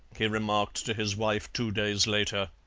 he remarked to his wife two days later.